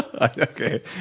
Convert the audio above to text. Okay